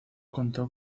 contó